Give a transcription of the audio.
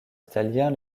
italiens